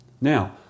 Now